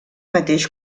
mateix